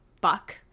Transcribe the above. Buck